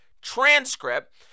transcript